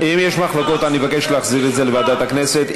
אם יש מחלוקות אני מבקש להחזיר את זה לוועדת הכנסת.